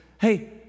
Hey